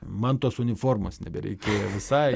man tos uniformos nebereikėjo visai